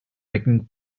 making